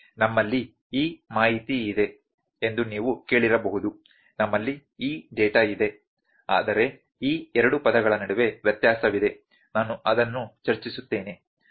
ನಮ್ಮಲ್ಲಿ ಈ ಮಾಹಿತಿ ಇದೆ ಎಂದು ನೀವು ಕೇಳಿರಬಹುದು ನಮ್ಮಲ್ಲಿ ಈ ಡೇಟಾ ಇದೆ ಆದರೆ ಈ ಎರಡು ಪದಗಳ ನಡುವೆ ವ್ಯತ್ಯಾಸವಿದೆ ನಾನು ಅದನ್ನು ಚರ್ಚಿಸುತ್ತೇನೆ